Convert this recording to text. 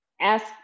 ask